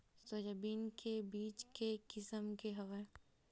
Soybean के बीज के किसम के हवय?